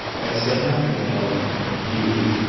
i said nothing about you.